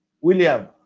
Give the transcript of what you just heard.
William